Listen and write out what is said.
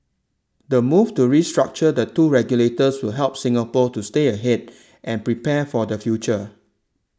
the move to restructure the two regulators that will help Singapore to stay ahead and prepare for the future